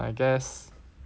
err I guess